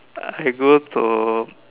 I go to